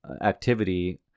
activity